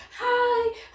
Hi